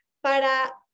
para